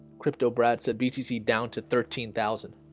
crypto brats at btc down to thirteen thousand